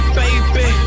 baby